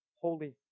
holy